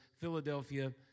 Philadelphia